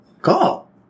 Cool